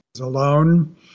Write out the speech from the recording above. alone